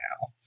now